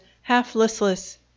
half-listless